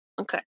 Okay